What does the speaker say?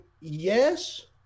yes